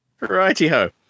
Righty-ho